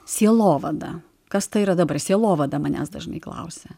sielovada kas tai yra dabar sielovada manęs dažnai klausia